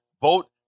vote